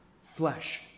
flesh